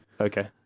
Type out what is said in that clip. okay